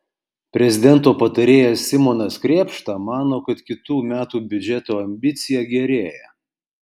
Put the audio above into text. prezidento patarėjas simonas krėpšta mano kad kitų metų biudžeto ambicija gerėja